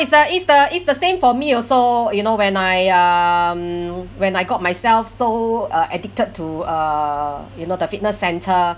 it's the it's the it's the same for me also you know when I um when I got myself so uh addicted to uh you know the fitness centre